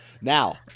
Now